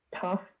tough